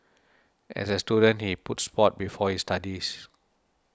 as a student he put sport before his studies